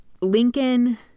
Lincoln